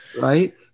Right